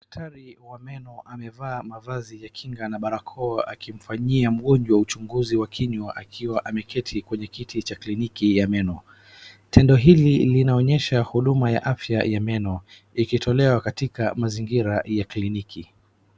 Daktari wa meno amevaa mavazi ya kinga na barakoa akimfanyia mgonjwa uchunguzi wakinywa akiwa ameketi kwenye kiti cha kliniki ya meno. Tendo hili linaonyesha huduma ya afya ya meno ikitolewa katika mazingira ya kliniki.